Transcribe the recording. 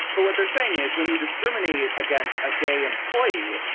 but what they're saying is when you discriminate against a gay employee,